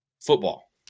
football